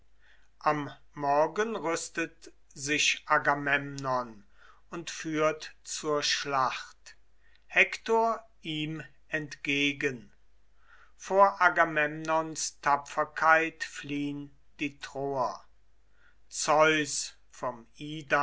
am morgen rüstet sich agamemnon und führt zur schlacht hektor ihm entgegen vor agamemnons tapferkeit fliehn die troer zeus vom